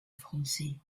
français